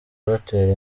batera